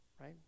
right